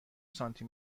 سانتی